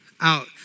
out